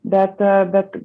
bet bet